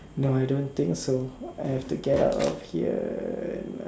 no I don't think so I have to get out of here now